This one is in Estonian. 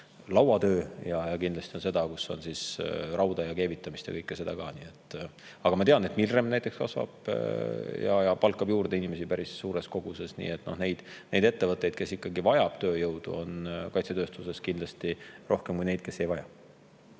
lauatöö, ja kindlasti on tööd, kus on rauda ja keevitamist ja kõike sellist. Aga ma tean, et Milrem näiteks kasvab ja palkab juurde inimesi päris suures koguses. Nii et neid ettevõtteid, kes vajavad tööjõudu, on kaitsetööstuses kindlasti rohkem kui neid, kes ei vaja.